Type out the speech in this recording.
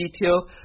detail